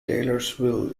taylorsville